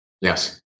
Yes